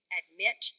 admit